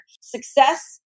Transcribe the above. Success